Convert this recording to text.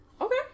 Okay